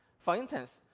for instance,